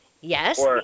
Yes